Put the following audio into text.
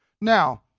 Now